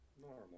Normal